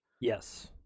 Yes